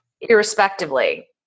irrespectively